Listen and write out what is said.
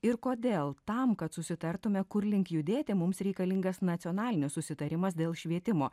ir kodėl tam kad susitartume kur link judėti mums reikalingas nacionalinis susitarimas dėl švietimo